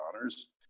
honors